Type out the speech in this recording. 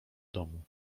domu